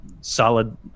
solid –